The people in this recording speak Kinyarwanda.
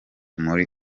muri